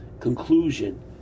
Conclusion